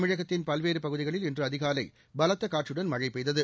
தமிழகத்தின் பல்வேறு பகுதிகளில் இன்று அதிகாலை பலத்த காற்றுடன் மழை பெய்தது